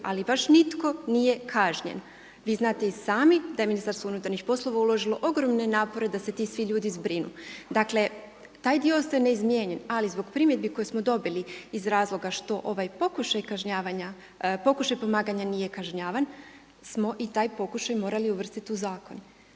ali baš nitko nije kažnjen. Vi znate i sami da je Ministarstvo unutarnjih poslova uložilo ogromne napore da se svi ti ljudi zbrinu. Dakle, taj dio ostaje neizmijenjen ali zbog primjedbi koje smo dobili iz razloga što ovaj pokušaj pomaganja nije kažnjavan smo i taj pokušaj morali uvrstiti u zakon.